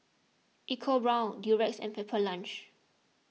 EcoBrown's Durex and Pepper Lunch